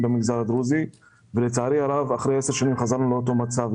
במגזר הדרוזי ולצערי הרב אחרי 10 שנים חזרנו לאותו מצב.